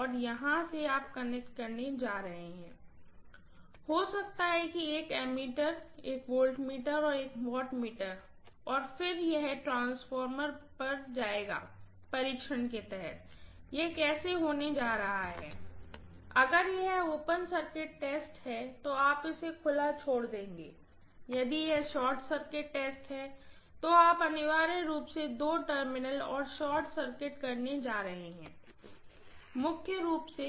और यहाँ से आप कनेक्ट करने जा रहे हैं हो सकता है कि एक एमीटर एक वोल्टमीटर एक वाटमीटर और फिर यह ट्रांसफार्मर पर जाएगा परीक्षण के तहत यह कैसे होने जा रहा है अगर यह ओपन सर्किट टेस्ट है तो आप इसे खुला छोड़ देंगे यदि यह शॉर्ट सर्किट टेस्ट है तो आप अनिवार्य रूप से दो टर्मिनल और शॉर्ट सर्किट कनेक्ट करने जा रहे हैं मूल रूप से